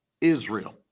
Israel